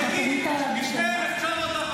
שיגיד: לפני 1948,